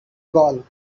gall